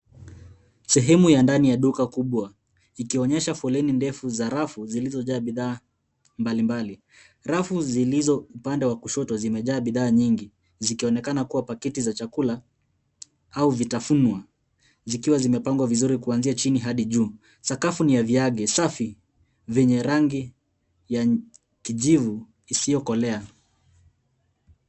Sehemu ya ndani ya duka kubwa. Ikionyesha foleni ndefu za rafu zilizojaa bidhaa mbalimbali. Rafu zilizo upande wa kushoto zimejaa bidhaa nyingi. Zikionekana kuwa pakiti za chakula au vitafunwa. Zikiwa zimepangwa vizuri kuanzia chini hadi juu. Sakafu ni ya vigae safi vyenye rangi ya kijivu isiyokolea.